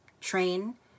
train